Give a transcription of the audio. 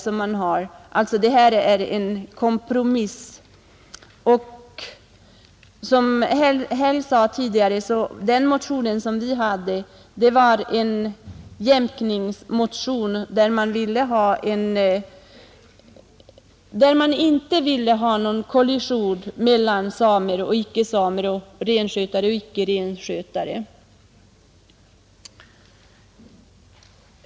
Det förslaget är en kompromiss. Som herr Häll sade, innehåller vår motion förslag till diämpningar för att undvika kollision mellan samer och icke-samer, mellan renskötare och icke-renskötare.